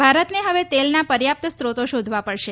ભારતને હવે તેલના પર્યાપ્ત સ્રોતો શોધવા પડશે